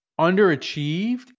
underachieved